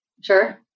Sure